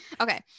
Okay